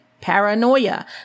paranoia